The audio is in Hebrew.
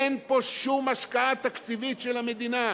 אין פה שום השקעה תקציבית של המדינה.